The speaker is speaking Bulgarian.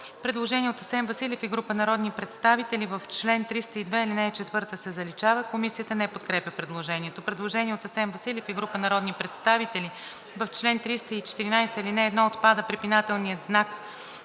Предложение от Асен Василев и група народни представители: „В чл. 392 алинея 3 се заличава.“ Комисията не подкрепя предложението. Предложение от Асен Василев и група народни представители: „В чл. 406, ал. 1 отпада препинателният знак